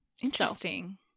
Interesting